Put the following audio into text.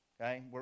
okay